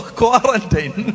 quarantine